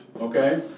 okay